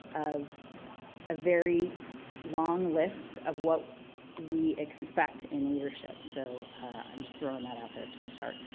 of a very long list of what we expect in leadership. so i'm just throwing that out there to start.